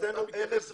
ביחד איתנו,